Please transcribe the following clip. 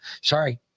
Sorry